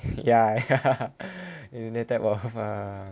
ya ya in that type of uh